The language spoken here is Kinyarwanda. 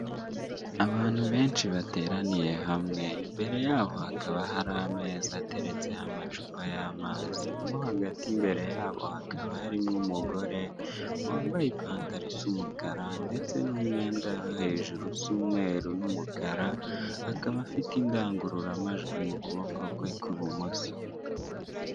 Abantu benshi bateraniye hamwe imbere yabo hakaba hari ameza ateretseho amacupa y' amazi mo hagati imbere yabo hakaba harimo umugore wambaye ipantaro isa umukara ndetse n' umwenda wo hejuru usa umweru n' umukara akaba afite indangururamajwi mu kuboko kwe kw' ibumoso.